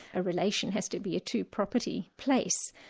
a relation has to be a two property place.